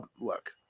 Look